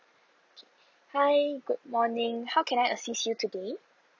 hi good morning how can I assist you today